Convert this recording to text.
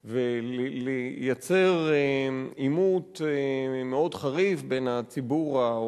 וזה פשוט לריב ולייצר עימות מאוד חריף בין הציבור או